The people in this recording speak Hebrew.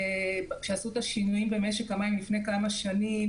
כשעשו את השינויים במשק המים לפני כמה שנים,